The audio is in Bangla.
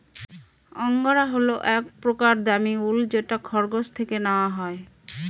এঙ্গরা হল এক প্রকার দামী উল যেটা খরগোশ থেকে নেওয়া হয়